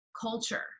culture